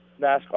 NASCAR